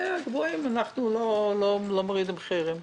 אבל לאחרים אנחנו לא מורידים מחירים,